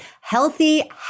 healthy